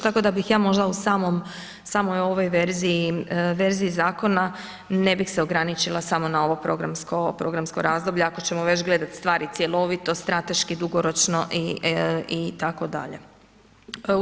Tako da bih ja možda u samoj ovoj verziji, verziji zakona ne bih se ograničila samo na ovo programsko razdoblje ako ćemo već gledati stvari cjelovito, strateški dugoročno i itd.